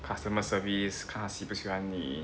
customer service 看他喜不喜欢你